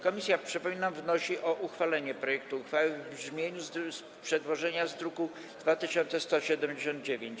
Komisja, przypominam, wnosi o uchwalenie projektu uchwały w brzmieniu przedłożenia z druku nr 2179.